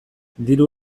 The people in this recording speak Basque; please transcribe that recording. diru